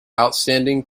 outstanding